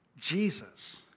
Jesus